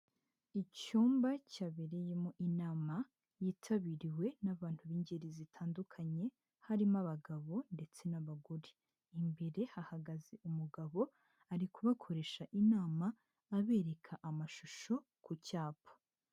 Icyumba cyabereyemo inama yitabiriwe n'abantu b'ingeri zitandukanye, harimo abagabo ndetse n'abagore, imbere hahagaze umugabo ari kubakoresha inama abereka amashusho ku cyapa.